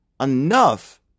Enough